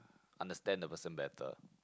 understand the person better